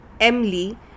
Emily